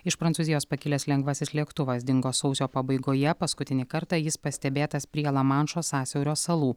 iš prancūzijos pakilęs lengvasis lėktuvas dingo sausio pabaigoje paskutinį kartą jis pastebėtas prie lamanšo sąsiaurio salų